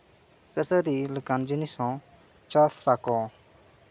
ᱠᱟᱹᱥᱟᱹᱨᱤ ᱞᱮᱠᱟᱱ ᱡᱤᱱᱤᱥ ᱦᱚᱸ ᱪᱟᱥ ᱟᱠᱚ